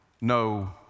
no